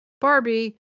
Barbie